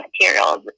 materials